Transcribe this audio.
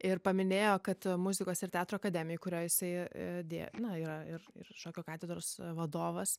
ir paminėjo kad muzikos ir teatro akademijoj kurioje jisai dė na yra ir ir šokio katedros vadovas